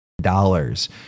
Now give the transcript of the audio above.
dollars